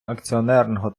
акціонерного